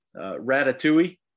ratatouille